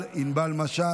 ענבל משאש,